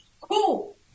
Cool